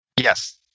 Yes